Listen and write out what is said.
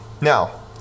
Now